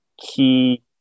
key